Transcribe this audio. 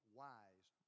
wise